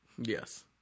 yes